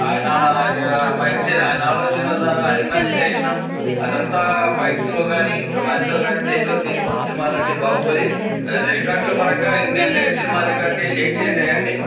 ఆయన ఆయన mind set ఆయన ఆలోచనా విధానం ఆయన ఇమేజినేషను అదంతా ఫైట్స్లో కానీ రొమాన్స్లో కానీ దేంట్లో తీసిపోని సినిమా అండి బాహుబలి అది రికార్డుల పరంగా ఇండియన్ సినిమా రికార్డుని షేక్ చేసాయండి